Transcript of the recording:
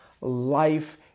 life